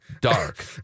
dark